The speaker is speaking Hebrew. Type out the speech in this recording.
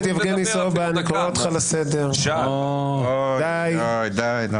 אתמול קיימנו וובינר שבו הצגנו ואני יכול לפרט